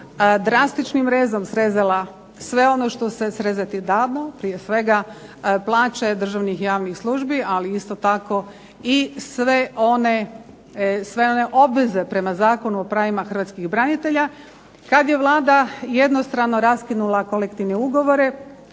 drastičnim rezom srezala sve ono što se srezati dalo, prije svega plaće državnih javnih službi, ali isto tako i sve one obveze prema Zakonu o pravima hrvatskih branitelja kad je Vlada jednostrano raskinula kolektivne ugovore